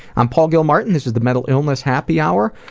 i'm paul gilmartin, this is the mental illness happy hour,